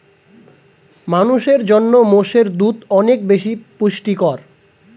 মানুষের জন্য মোষের দুধ অনেক বেশি পুষ্টিকর